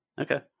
Okay